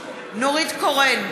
נורית קורן,